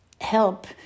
help